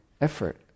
effort